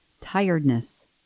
tiredness